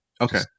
Okay